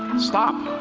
and stop.